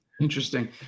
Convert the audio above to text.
interesting